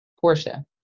Portia